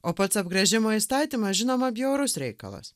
o pats apgręžimo įstatymas žinoma bjaurus reikalas